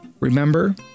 Remember